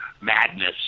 Madness